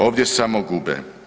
Ovdje samo gube.